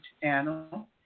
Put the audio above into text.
channel